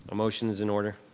ah motion is in order.